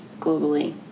globally